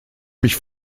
mich